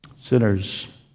sinners